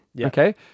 Okay